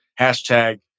hashtag